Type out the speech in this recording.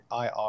IR